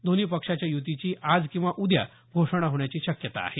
दोन्ही पक्षाच्या युतीची आज किंवा उद्या घोषणा होण्याची शक्यता आहे